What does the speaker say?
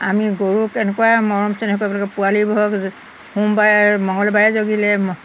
আমি গৰুক এনেকুৱা মৰম চেনেহ কৰিব লাগে পোৱালিবোৰক সোমবাৰে মংগলবাৰে জগিলে